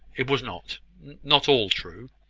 it was not not all true.